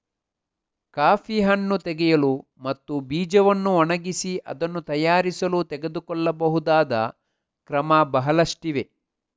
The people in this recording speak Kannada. ಕಾಫಿ ಹಣ್ಣು ತೆಗೆಯಲು ಮತ್ತು ಬೀಜವನ್ನು ಒಣಗಿಸಿ ಅದನ್ನು ತಯಾರಿಸಲು ತೆಗೆದುಕೊಳ್ಳಬಹುದಾದ ಕ್ರಮ ಬಹಳಷ್ಟಿವೆ